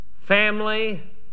family